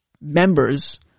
members